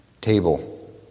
table